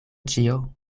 ĉio